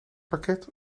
parket